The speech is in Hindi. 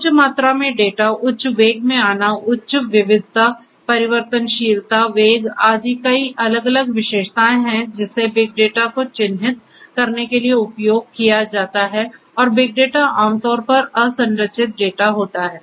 उच्च मात्रा में डेटा उच्च वेग में आना उच्च विविधता परिवर्तनशीलता वेग आदि कई अलग अलग विशेषताएं है जिसे बिग डेटा को चिह्नित करने के लिए उपयोग किया जाता है और बिग डेटा आमतौर पर असंरचित डेटा होता है